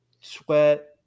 Sweat